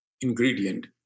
ingredient